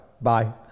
Bye